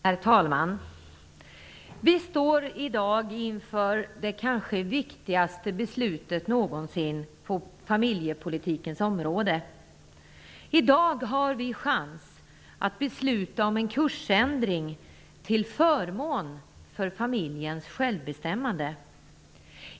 Herr talman! Vi står i dag inför det kanske viktigaste beslutet någonsin på familjepolitikens område. I dag har vi chans att besluta om en kursändring till förmån för familjens självbestämmande.